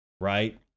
right